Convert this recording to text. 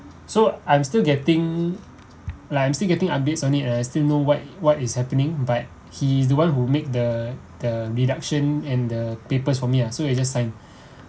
so I'm still getting like I'm still getting updates on it and I still know what what is happening but he is the one who make the the deduction and the papers for me ah so I just sign